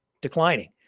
declining